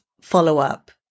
follow-up